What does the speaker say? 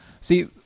See